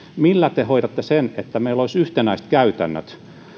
millä te hoidatte sen että meillä olisi yhtenäiset käytännöt